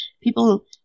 People